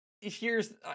heres